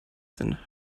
sind